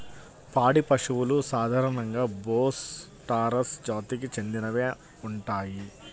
పాడి పశువులు సాధారణంగా బోస్ టారస్ జాతికి చెందినవే ఉంటాయి